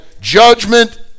judgment